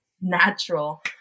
natural